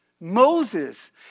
Moses